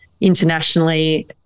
internationally